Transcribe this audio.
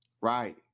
Right